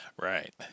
Right